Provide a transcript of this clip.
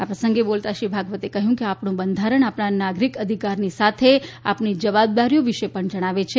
આ પ્રસંગે બોલતાં શ્રી ભાગવતે કહ્યું કે આપણું બંધારણ આપણા નાગરિક અધિકારની સાથે આપણી જવાબદારીઓ વિશે પણ જણાવે છે